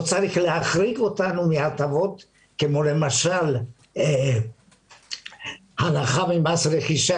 לא צריך להחריג אותנו מהטבות כמו למשל הנחה במס רכישה